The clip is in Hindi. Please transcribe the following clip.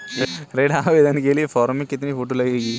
ऋण आवेदन के फॉर्म में कितनी फोटो लगेंगी?